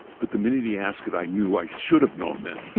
but the minute he asked it, i knew i should have known then.